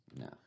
No